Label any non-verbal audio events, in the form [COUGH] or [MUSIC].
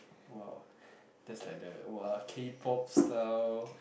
!wow! [BREATH] that's like the !wah! K-pop style